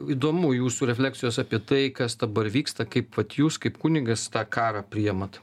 įdomu jūsų refleksijos apie tai kas dabar vyksta kaip vat jūs kaip kunigas tą karą priimat